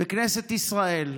בכנסת ישראל,